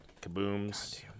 kabooms